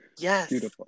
Yes